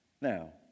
Now